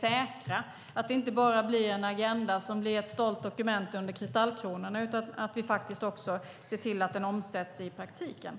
säkra att det blir en agenda som inte bara blir ett stolt dokument under kristallkronorna utan att vi faktiskt också ser till att den omsätts i praktiken?